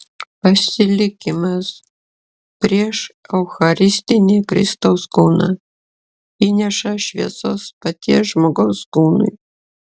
pasilikimas prieš eucharistinį kristaus kūną įneša šviesos paties žmogaus kūnui